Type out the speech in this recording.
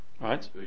Right